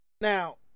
Now